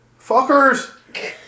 fuckers